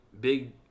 big